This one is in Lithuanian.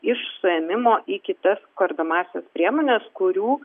iš suėmimo į kitas kardomąsias priemones kurių